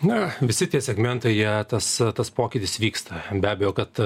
na visi tie segmentai jie tas tas pokytis vyksta be abejo kad